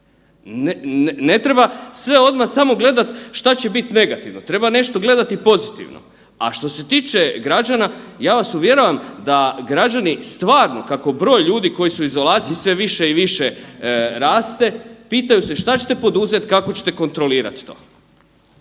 Ne treba sve odma samo gledat šta će bit negativno, treba nešto gledati i pozitivno. A što se tiče građana, ja vas uvjeravam da građani stvarno kako broj ljudi koji su u izolaciji sve više i više raste pitaju se šta ćete poduzet, kako ćete kontrolirat to?